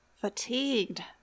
fatigued